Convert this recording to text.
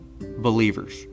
believers